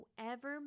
whoever